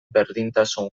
berdintasun